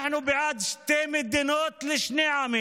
אנחנו בעד שתי מדינות לשני עמים.